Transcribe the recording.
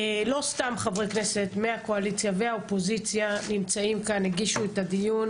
לא סתם חברי כנסת מהקואליציה והאופוזיציה נמצאים כאן והגישו את הדיון,